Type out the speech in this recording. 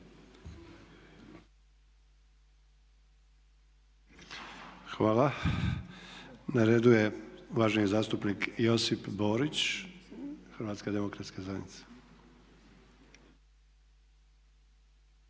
Hvala. Na redu je uvaženi zastupnik Josip Borić, Hrvatska demokratska zajednica.